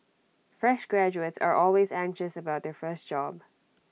fresh graduates are always anxious about their first job